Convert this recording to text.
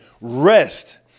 Rest